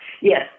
Yes